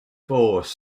force